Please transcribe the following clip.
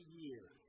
years